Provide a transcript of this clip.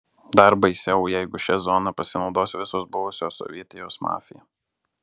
dar baisiau jeigu šia zona pasinaudos visos buvusios sovietijos mafija